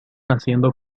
haciendo